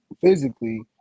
physically